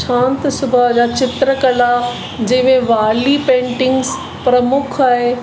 शांति स्वभाव जा चित्रकला जिवें वॉली पेंटिंग्स प्रमुख आहे